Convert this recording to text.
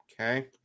okay